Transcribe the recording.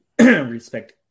respect